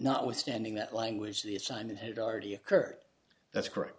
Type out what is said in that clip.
notwithstanding that language the assignment had already occurred that's correct